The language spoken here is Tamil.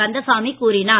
கந்தசாமி கூறினார்